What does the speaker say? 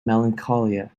melancholia